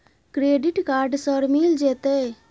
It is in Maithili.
क्रेडिट कार्ड सर मिल जेतै?